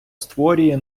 створює